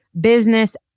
business